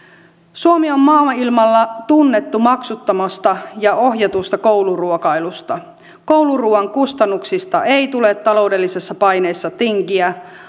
suomi on maailmalla tunnettu maksuttomasta ja ohjatusta kouluruokailusta kouluruuan kustannuksista ei tule taloudellisessa paineessa tinkiä